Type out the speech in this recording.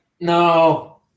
No